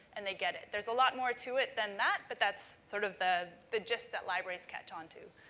and they get it. there's a lot more to it than that, but that's sort of the the gist that libraries catch onto.